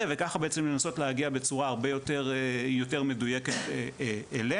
וככה בעצם לנסות להגיע בצורה הרבה יותר מדויקת אליהם.